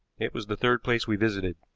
it was the third place we visited.